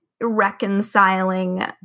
reconciling